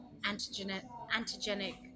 antigenic